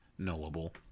knowable